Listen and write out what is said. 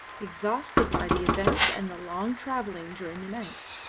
exhausted by the events and the long travelling during the night.